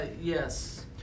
yes